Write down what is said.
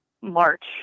March